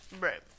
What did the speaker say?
Right